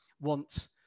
want